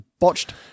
botched